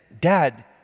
dad